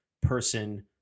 person